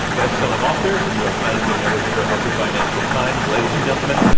best-selling author, u. s. managing editor of the financial times. ladies and gentlemen,